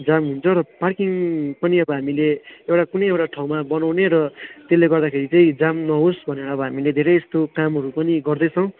जाम हुन्छ र पार्किङ पनि अब हामीले एउटा कुनै एउटा ठाउँमा बनाउने र त्यसले गर्दाखेरि चाहिँ जाम नहोस् भनेर अब हामीले धेरै यस्तो कामहरू पनि गर्दैछौँ